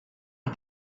the